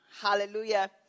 Hallelujah